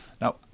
Now